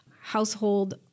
household